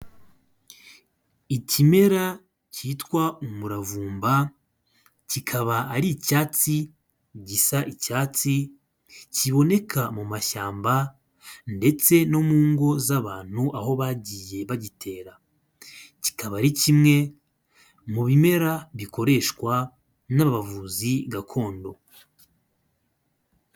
Ikimera cyitwa umuravumba kikaba ari icyatsi gishya icyatsi kiboneka mu mashyamba ndetse no mu ngo z'abantu aho bagiye bagitera kikaba ari kimwe mu bimera bikoreshwa n'abavuzi gakondo.